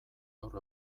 gaur